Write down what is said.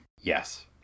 Yes